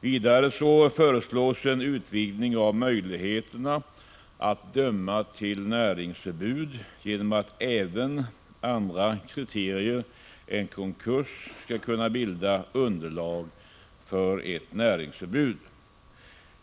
Vidare föreslås en utvidgning av möjligheterna att döma till näringsförbud genom att även andra kriterier än konkurs skall kunna bilda underlag för ett näringsförbud.